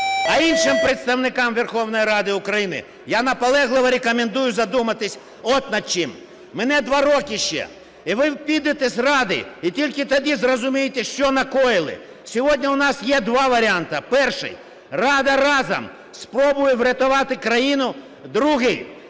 А іншим представникам Верховної Ради України я наполегливо рекомендую задуматись от над чим. Мине два роки ще - і ви підете з Ради, і тільки тоді зрозумієте, що накоїли. Сьогодні у нас є два варіанти: перший - Рада разом спробує врятувати країну, другий -